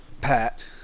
Pat